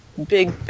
Big